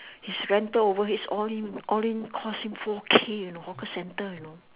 his rental overhead all in all in cost him four K you know hawker center you know